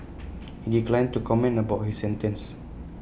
he declined to comment about his sentence